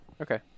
Okay